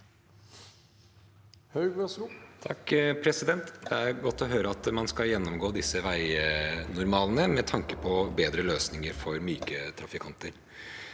Haug (MDG) Det er godt å høre at man skal gjennomgå disse veinormalene med tanke på bedre løsninger for myke trafikanter.